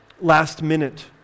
Last-minute